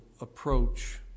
approach